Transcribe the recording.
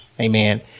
Amen